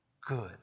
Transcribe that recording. good